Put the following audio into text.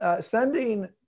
sending